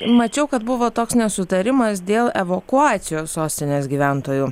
mačiau kad buvo toks nesutarimas dėl evakuacijos sostinės gyventojų